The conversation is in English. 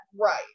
right